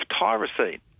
tyrosine